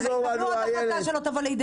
--- זו עוד החלטה שלא תבוא לידי